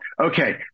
Okay